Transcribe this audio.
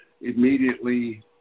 immediately